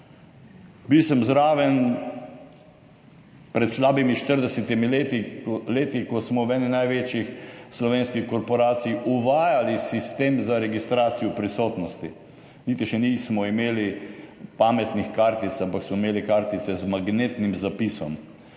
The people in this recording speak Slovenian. Bil sem zraven pred slabimi 40 leti, ko smo v eni največjih slovenskih korporacij uvajali sistem za registracijo prisotnosti, nismo imeli še niti pametnih kartic, ampak smo imeli kartice z magnetnim zapisom.